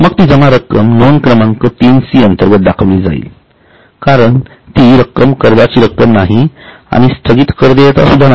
मग ती जमा रक्कम नोंद क्रमांक तीन सी अंतर्गत दाखविली जाईल कारण ती रक्कम कर्जाची रक्कम नाहीआणि स्थगित कर देयता सुद्धा नाही